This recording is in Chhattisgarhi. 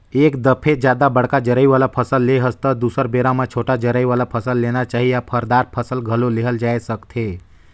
एक दफे जादा बड़का जरई वाला फसल ले हस त दुसर बेरा म छोटे जरई वाला फसल लेना चाही या फर, दार फसल घलो लेहल जाए सकथे